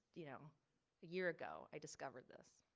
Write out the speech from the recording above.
you know, a year ago i discovered this.